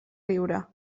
riure